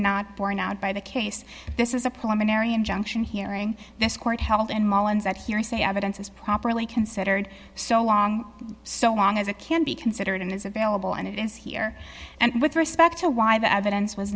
not borne out by the case this is a pulmonary injunction hearing this court held in mullens that hearsay evidence is properly considered so long so long as it can be considered and is available and it is here and with respect to why the evidence was